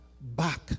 back